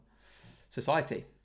society